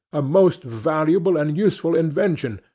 a most valuable and useful invention,